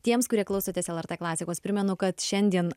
tiems kurie klausotės lrt klasikos primenu kad šiandien